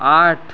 आठ